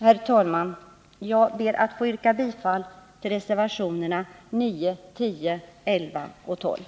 Herr talman! Jag yrkar bifall till reservationerna 9, 10, 11 och 12.